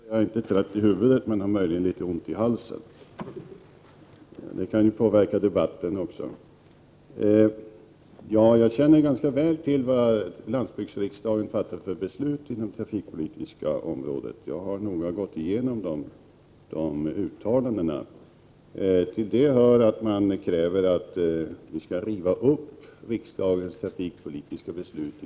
Herr talman! Jag vill först säga att jag inte är trött i huvudet. Jag har möjligen litet ont i halsen, men också det kan ju påverka debatten. Jag känner ganska väl till de beslut som landsbygdsriksdagen fattat inom det trafikpolitiska området. Jag har noga gått igenom de uttalandena. Till detta hör att man kräver att vi i väsentliga avseenden skall riva upp riksdagens trafikpolitiska beslut.